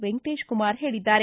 ವೆಂಕಟೇಶಕುಮಾರ್ ಹೇಳಿದ್ದಾರೆ